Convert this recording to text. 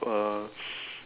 a